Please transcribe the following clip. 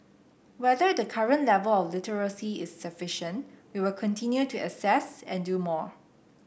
whether the current level of literacy is sufficient we will continue to assess and do more